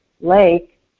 Lake